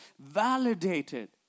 validated